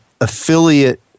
affiliate